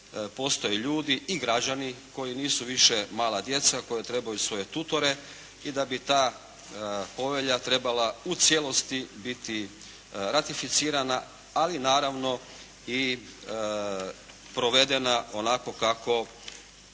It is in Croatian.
postoje ljudi i građani koji nisu više mala djeca koja trebaju svoje tutore i da bi ta povelja trebala u cijelosti biti ratificirana, ali naravno i provedena onako kako